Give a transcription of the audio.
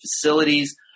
facilities